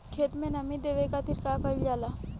खेत के नामी देवे खातिर का कइल जाला?